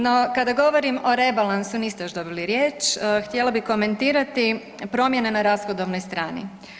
No, kada govorim o rebalansu, niste još dobili riječ, htjela bih komentirati promjene na rashodovnoj strani.